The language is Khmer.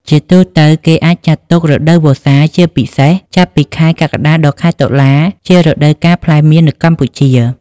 ជាទូទៅ គេអាចចាត់ទុក រដូវវស្សា ជាពិសេសចាប់ពី ខែកក្កដាដល់ខែតុលា ជារដូវកាលផ្លែមៀននៅកម្ពុជា។